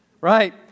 Right